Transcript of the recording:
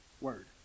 word